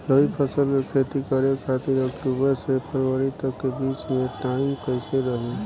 रबी फसल के खेती करे खातिर अक्तूबर से फरवरी तक के बीच मे टाइम कैसन रही?